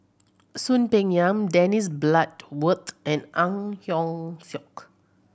Soon Peng Yam Dennis Bloodworth and Ang Hiong Chiok